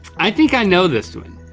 i think i know this one,